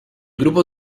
grupo